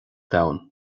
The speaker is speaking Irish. domhan